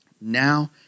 Now